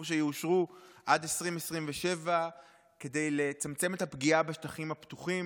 שיאושרו עד 2027 כדי לצמצם את הפגיעה בשטחים הפתוחים.